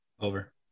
Over